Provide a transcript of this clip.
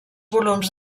volums